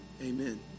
Amen